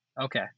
Okay